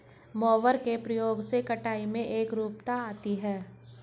mower के प्रयोग से कटाई में एकरूपता आती है